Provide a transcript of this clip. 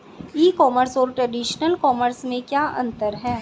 ई commerce और traditional commerce में क्या अंतर है?